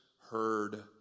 heard